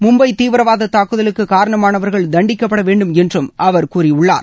மும்பை தீவிரவாத தாக்குதலுக்கு காரணமானவர்கள் தண்டிக்கப்பட வேண்டும் என்றும் அவர் கூறியுள்ளார்